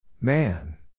Man